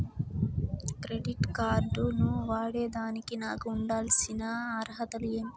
Credit card ను వాడేదానికి నాకు ఉండాల్సిన అర్హతలు ఏమి?